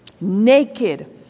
Naked